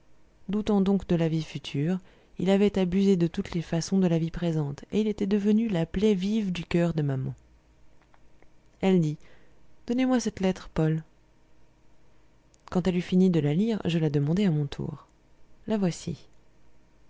doutant donc de la vie future il avait abusé de toutes les façons de la vie présente et il était devenu la plaie vive du coeur de maman elle dit donnez-moi cette lettre paul quand elle eut fini de la lire je la demandai à mon tour la voici